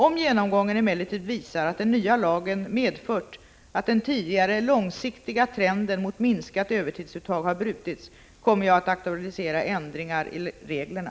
Om genomgången emellertid visar att den nya lagen medfört att den tidigare långsiktiga trenden mot minskat övertidsuttag har brutits, kommer jag att aktualisera ändringar i reglerna.